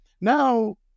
now